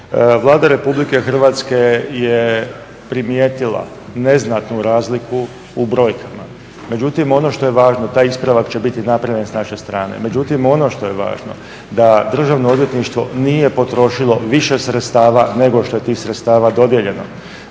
Vlada Republike Hrvatske je primijetila neznatnu razliku u brojkama. Međutim, ono što je važno taj ispravak će biti napravljen s naše strane. Međutim on što je važno da Državno odvjetništvo nije potrošilo više sredstava nego što je tih sredstava dodijeljeno.